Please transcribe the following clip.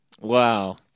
Wow